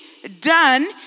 Done